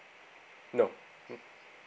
no mm